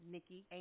Nikki